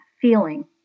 feeling